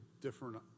different